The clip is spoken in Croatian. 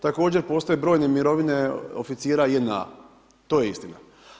Također postoje brojne mirovine oficira JNA, to je istina.